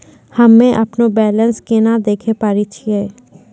हम्मे अपनो बैलेंस केना देखे पारे छियै?